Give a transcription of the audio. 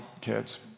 kids